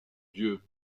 dieu